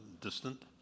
distant